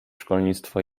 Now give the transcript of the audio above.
szkolnictwo